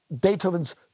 Beethoven's